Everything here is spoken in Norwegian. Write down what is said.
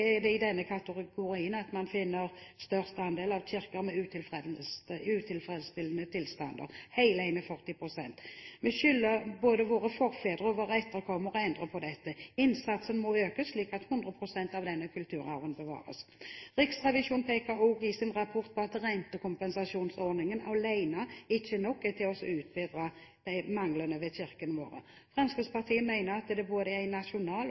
det i denne kategorien man finner den største andelen av kirker i utilfredsstillende tilstand – hele 41 pst. Vi skylder både våre forfedre og våre etterkommere å endre på dette. Innsatsen må økes, slik at 100 pst. av denne kulturarven bevares. Riksrevisjonen peker også i sin rapport på at rentekompensasjonsordningen alene ikke er nok til å utbedre manglene ved kirkene våre. Fremskrittspartiet mener at det er både en nasjonal